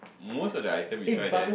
most of the item you try there